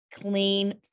clean